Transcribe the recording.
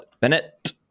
Bennett